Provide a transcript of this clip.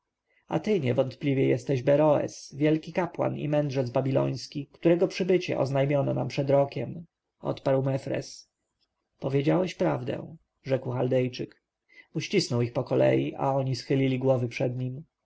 a ty niewątpliwie jesteś beroes wielki kapłan i mędrzec babiloński którego przyjście oznajmiono nam przed rokiem odparł mefres powiedziałeś prawdę rzekł chaldejczyk uścisnął ich pokolei a oni schylali głowy przed nim